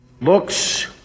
Looks